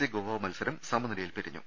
C Goa മത്സരം സമനില യിൽ പിരിഞ്ഞു